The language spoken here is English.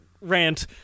rant